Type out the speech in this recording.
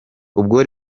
ubwo